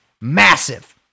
Massive